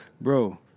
bro